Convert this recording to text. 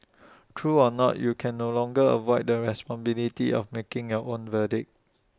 true or not you can no longer avoid the responsibility of making your own verdict